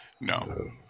No